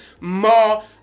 more